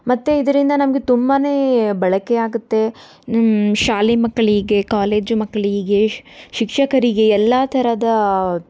ಮತ್ತು ಇದರಿಂದ ನಮಗೆ ತುಂಬಾ ಬಳಕೆಯಾಗುತ್ತೆ ಶಾಲೆ ಮಕ್ಕಳಿಗೆ ಕಾಲೇಜು ಮಕ್ಕಳಿಗೆ ಶಿಕ್ಷಕರಿಗೆ ಎಲ್ಲ ಥರದ